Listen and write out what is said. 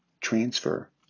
transfer